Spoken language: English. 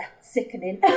sickening